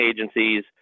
agencies